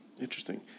Interesting